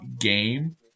game